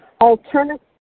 Alternative